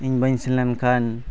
ᱤᱧ ᱵᱟᱹᱧ ᱥᱮᱱ ᱞᱮᱱᱠᱷᱟᱱ